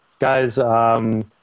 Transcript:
guys